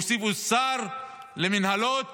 הוסיפו שר למינהלות